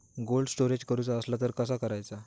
Cold storage करूचा असला तर कसा करायचा?